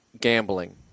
gambling